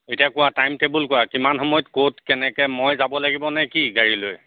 এতিয়া কোৱা time table কোৱা কিমান সময়ত ক'ত কেনেকৈ মই যাব লাগিব নে কি গাড়ী লৈ